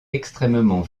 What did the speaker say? extrêmement